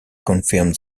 confirmed